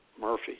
Murphy